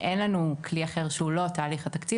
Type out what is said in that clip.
אין לנו כלי אחר שהוא לא תהליך התקציב